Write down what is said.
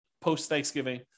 post-Thanksgiving